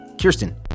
Kirsten